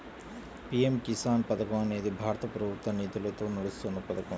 PM Kisan పథకం అనేది భారత ప్రభుత్వ నిధులతో నడుస్తున్న పథకం